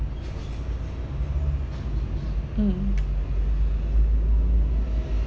mm